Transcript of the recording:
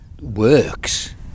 works